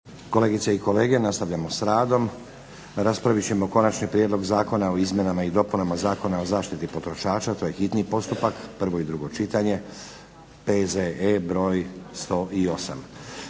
Kolegice i kolege, nastavljamo s radom. Raspravit ćemo - Konačni prijedlog zakona o izmjenama i dopunama Zakona o zaštiti potrošača, hitni postupak, prvo i drugo čitanje, P.Z.E. br. 108